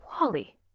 Wally